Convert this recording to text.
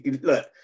look